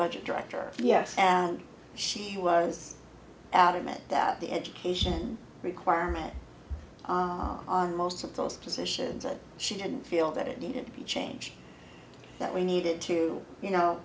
budget director yes and she was adamant that the education requirement on most of those positions that she didn't feel that it needed to be changed that we needed to you know